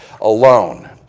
alone